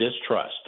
distrust